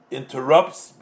interrupts